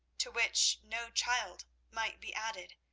to which no child might be added,